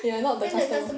ya not the customer